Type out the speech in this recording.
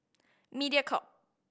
Mediacorp